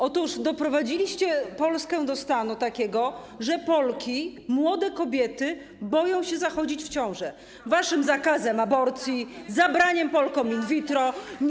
Otóż doprowadziliście Polskę do stanu takiego, że Polki, młode kobiety, boją się zachodzić w ciążę - waszym zakazem aborcji, zabraniem Polkom in vitro.